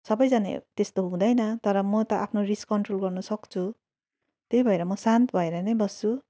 सबैजना त्यस्तो हुँदैन तर म त आफ्नो रिस कन्ट्रोल गर्नसक्छु त्यही भएर म शान्त भएर नै बस्छु